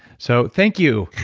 so thank you.